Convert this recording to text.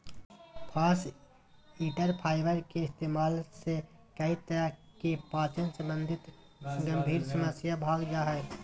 फास्इटर फाइबर के इस्तेमाल से कई तरह की पाचन संबंधी गंभीर समस्या भाग जा हइ